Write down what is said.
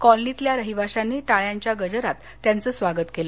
कॉलनीतल्या रहिवाशांनी टाळ्यांच्या गजरात त्यांचं स्वागत केलं